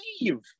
leave